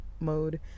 mode